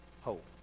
hope